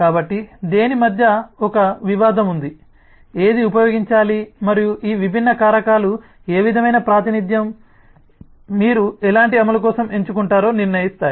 కాబట్టి దేని మధ్య ఒక వివాదం ఉంది ఏది ఉపయోగించాలి మరియు ఈ విభిన్న కారకాలు ఏ విధమైన ప్రాతినిధ్యం మీరు ఎలాంటి అమలు కోసం ఎంచుకుంటారో నిర్ణయిస్తాయి